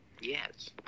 Yes